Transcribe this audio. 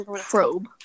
probe